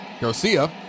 Garcia